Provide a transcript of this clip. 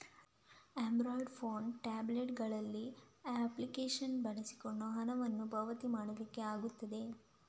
Android phone, tablet ಗಳಲ್ಲಿ application ಬಳಸಿಕೊಂಡು ಹಣವನ್ನ ಪಾವತಿ ಮಾಡ್ಲಿಕ್ಕೆ ಆಗ್ತದೆ